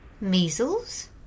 Measles